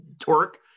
torque